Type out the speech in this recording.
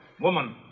Woman